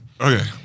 Okay